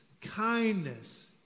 kindness